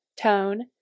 tone